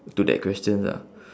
to that questions lah